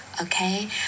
okay